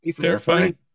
terrifying